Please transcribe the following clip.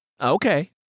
Okay